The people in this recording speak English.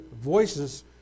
voices